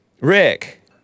Rick